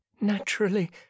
Naturally